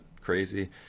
crazy